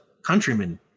countrymen